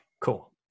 Cool